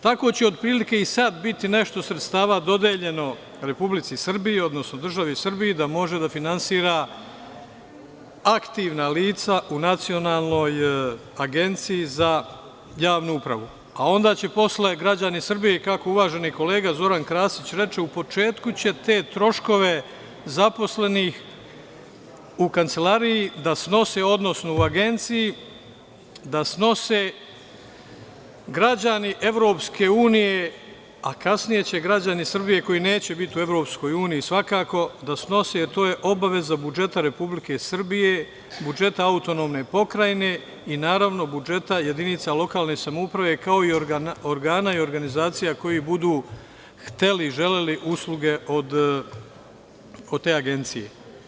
Tako će otprilike i sad biti nešto sredstava dodeljeno Republici Srbiji, odnosno državi Srbiji da može da finansira aktivna lica u Nacionalnoj agenciji za javnu upravu, a onda će posle građani Srbije, kako uvaženi kolega Zoran Krasić reče, u početku će te troškove zaposlenih u kancelariji, odnosno u agenciji, da snose građani EU, a kasnije će građani Srbije koji neće biti u EU, svakako da snose, jer to je obaveza budžeta Republike Srbije, budžeta autonomne pokrajine i naravno budžeta jedinica lokalne samouprave kao i organa i organizacija koji budu hteli i želeli usluge od te agencije.